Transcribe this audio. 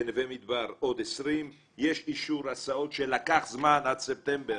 בנווה מדבר עוד 20. יש אישור הסעות שלקח זמן עד ספטמבר,